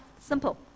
Simple